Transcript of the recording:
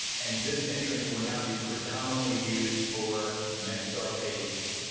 and this entrance will now be predominantly used for medstar patients.